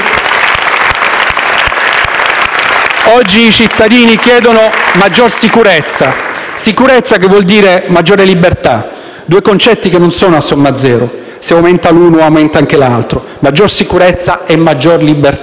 Oggi i cittadini chiedono maggiore sicurezza, che vuol dire maggiore libertà. I due concetti non sono a somma zero in quanto, se aumenta l'uno, aumenta anche l'altro. Maggiore sicurezza è maggiore libertà.